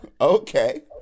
Okay